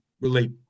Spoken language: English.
relate